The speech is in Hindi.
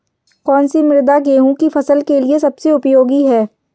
कौन सी मृदा गेहूँ की फसल के लिए सबसे उपयोगी है?